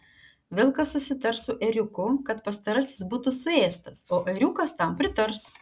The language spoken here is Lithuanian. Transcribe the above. vilkas susitars su ėriuku kad pastarasis būtų suėstas o ėriukas tam pritars